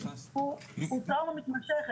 4% יסבלו מאירוע פסיכוטי.